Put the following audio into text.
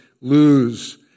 lose